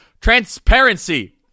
Transparency